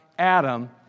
Adam